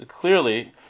clearly